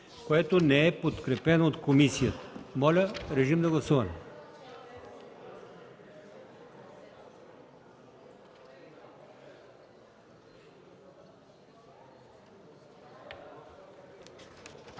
което не е подкрепено от комисията. Моля, режим на гласуване.